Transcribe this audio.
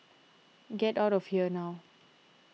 get out of here now